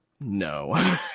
no